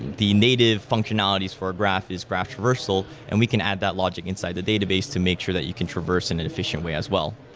the native functionality for graph is graph traversal and we can add that logic inside the database to make sure that you can traverse and an efficient way as well.